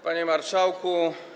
Panie Marszałku!